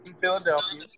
Philadelphia